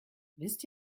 wisst